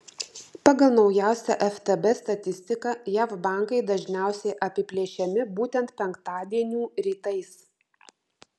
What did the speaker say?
pagal naujausią ftb statistiką jav bankai dažniausiai apiplėšiami būtent penktadienių rytais